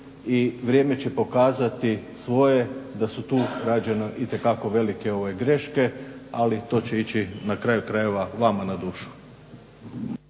i vrijeme će pokazati svoje da su rađene itekako velike greške ali to će ići na kraju krajeva vama na dušu.